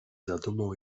zadumą